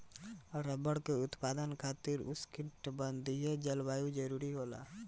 rubber के उत्पादन खातिर उष्णकटिबंधीय जलवायु जरुरी होला